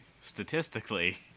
Statistically